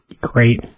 great